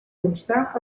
constar